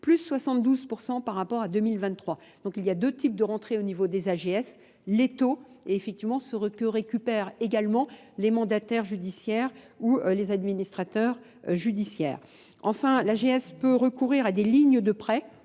plus 72% par rapport à 2023. Donc il y a deux types de rentrées au niveau des AGS, les taux et effectivement ce que récupèrent également les mandataires judiciaires ou les administrateurs judiciaires. Enfin, l'AGS peut recourir à des lignes de prêts